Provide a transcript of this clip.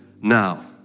now